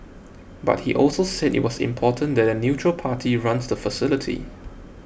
but he also said it was important that a neutral party runs the facility